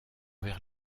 vers